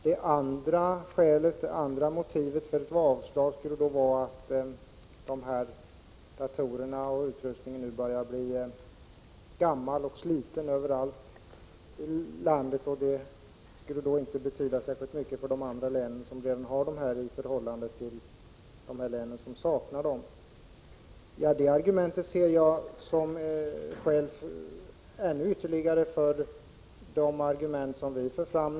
Det andra skälet för ett avslag var att datorutrustningen nu börjar bli gammal och sliten överallt i landet och att det därför inte skulle vara någon större skillnad mellan de län som har denna utrustning och de som saknar den. Det skälet ser jag som ytterligare ett argument för vårt krav.